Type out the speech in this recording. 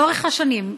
ולאורך השנים צומצם,